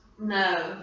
No